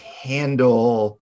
handle